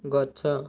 ଗଛ